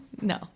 no